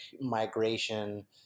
migration